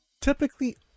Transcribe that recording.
typically